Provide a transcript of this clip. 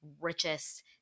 richest